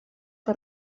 que